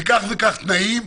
בכך וכך תנאים,